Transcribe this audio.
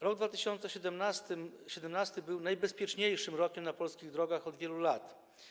Rok 2017 był najbezpieczniejszym rokiem na polskich drogach od wielu lat.